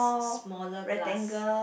smaller glass